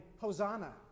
Hosanna